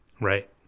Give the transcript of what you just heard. right